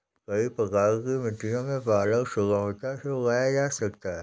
कई प्रकार की मिट्टियों में पालक सुगमता से उगाया जा सकता है